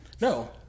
No